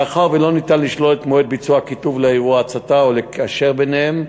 מאחר שלא ניתן לשלול את מועד ביצוע הכיתוב לאירוע ההצתה או לקשר ביניהם,